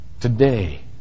Today